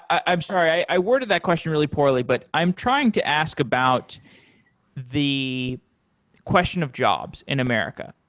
i'm sorry. i worded that question really poorly, but i'm trying to ask about the question of jobs in america,